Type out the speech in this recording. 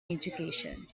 education